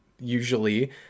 usually